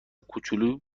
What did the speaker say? کوچولو